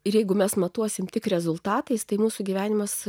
ir jeigu mes matuosime tik rezultatais tai mūsų gyvenimas